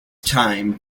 time